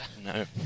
No